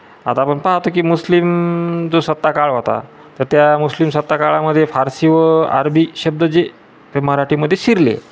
आता आपण पाहतो की मुस्लिम जो सत्ताकाळ होता तर त्या मुस्लिम सत्ताकाळामध्ये फारसी व अरबी शब्द जे ते मराठीमध्ये शिरले